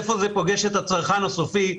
איפה זה פוגש את הצרכן הסופי.